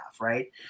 right